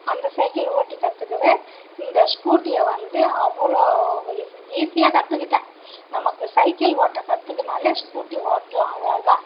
அந்த சைக்கிள் ஓட்டிக் கற்றுக்கவே இந்த ஸ்கூட்டியை வந்து அவ்வளோ ஈஸியாக கற்றுக்கிட்டேன் நமக்கு சைக்கிள் ஓட்ட கற்றுக்கினாலே ஸ்கூட்டி ஓட்டலாம் அழகாக